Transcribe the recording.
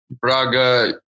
Braga